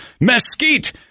mesquite